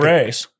race